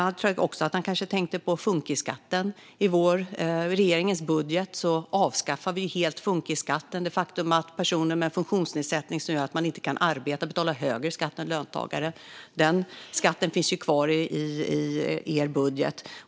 Jag tror också att han tänkte på funkisskatten. I regeringens budget avskaffar vi helt funkisskatten, alltså att personer med funktionsnedsättning som gör att de inte kan arbeta betalar högre skatt än löntagare. Den skatten finns kvar i er budget.